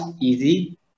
easy